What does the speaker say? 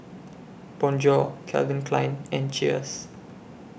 Bonjour Calvin Klein and Cheers